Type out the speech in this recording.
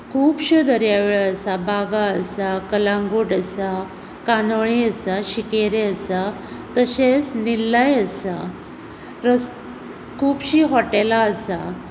खुबशे दर्यावेळो आसा बागा आसा कळंगूट आसा कांदोळें आसा शिंकेरी आसा तशेंच निर्लाय आसा प्लस खुबशीं हॉटेलां आसात